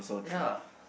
ya